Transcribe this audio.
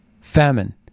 famine